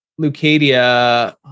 Lucadia